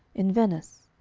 in venice.